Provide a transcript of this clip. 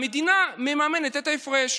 המדינה מממנת את ההפרש.